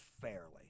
fairly